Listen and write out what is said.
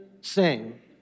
sing